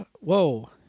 Whoa